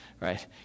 Right